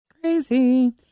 Crazy